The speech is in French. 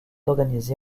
organisé